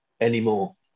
anymore